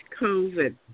COVID